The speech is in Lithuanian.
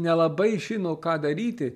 nelabai žino ką daryti